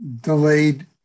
delayed